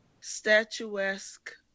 statuesque